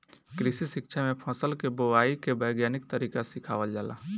कृषि शिक्षा में फसल के बोआई के वैज्ञानिक तरीका सिखावल जाला